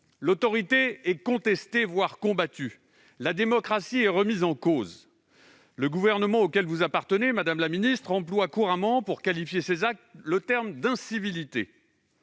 L'autorité est contestée, voir combattue. La démocratie est remise en cause. Le Gouvernement, auquel vous appartenez, madame la ministre, emploie couramment, pour qualifier ces actes, le terme d'« incivilités